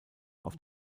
auf